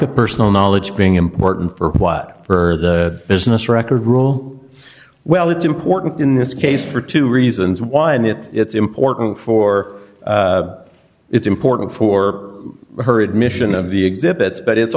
of personal knowledge being important for what for the business record rule well it's important in this case for two reasons why and it's important for it's important for her admission of the exhibits but it's